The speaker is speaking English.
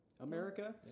America